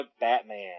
Batman